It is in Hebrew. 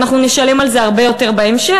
ואנחנו נשלם על זה הרבה יותר בהמשך,